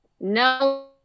No